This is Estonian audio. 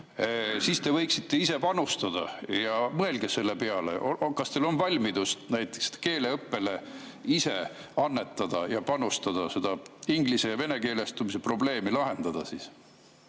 siis te võiksite ka ise panustada. Mõelge selle peale. Kas teil on valmidust näiteks keeleõppele ise annetada ja panustada, nii et saaks seda inglis- ja venekeelestumise probleemi lahendada?